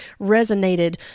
resonated